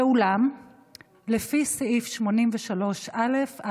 אולם לפי סעיף 83(א) לתקנון הכנסת,